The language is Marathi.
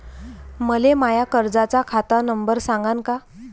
मले माया कर्जाचा खात नंबर सांगान का?